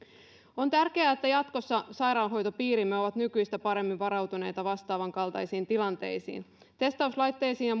on tärkeää että jatkossa sairaanhoitopiirimme ovat nykyistä paremmin varautuneita vastaavankaltaisiin tilanteisiin testauslaitteisiin ja